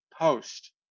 Post